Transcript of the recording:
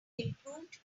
improved